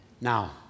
Now